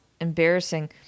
embarrassing